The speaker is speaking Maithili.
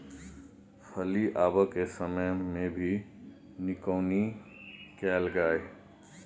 फली आबय के समय मे भी निकौनी कैल गाय?